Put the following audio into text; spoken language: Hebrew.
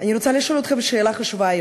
אני רוצה לשאול אתכם היום שאלה חשובה: